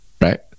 right